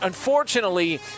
Unfortunately